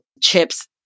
chips